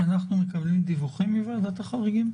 אנחנו מקבלים דיווחים מוועדת החריגים?